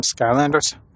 Skylanders